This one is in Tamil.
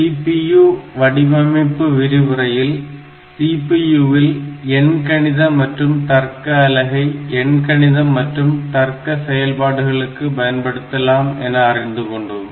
CPU வடிவமைப்பு விரிவுரையில் CPU இல் எண்கணித மற்றும் தர்க்க அலகை எண்கணிதம் மற்றும் தர்க்க செயல்பாடுகளுக்கு பயன்படுத்தலாம் என அறிந்து கொண்டோம்